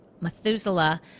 Methuselah